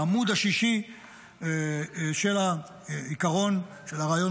או העמוד השישי של העיקרון של הרעיון